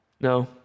No